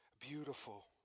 beautiful